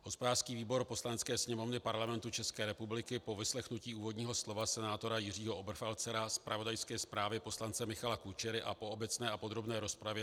Hospodářský výbor Poslanecké sněmovny Parlamentu České republiky po vyslechnutí úvodního slova senátora Jiřího Oberfalzera, zpravodajské zprávě poslance Michala Kučery a po obecné a podrobné rozpravě